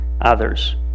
others